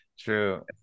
true